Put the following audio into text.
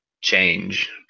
change